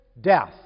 death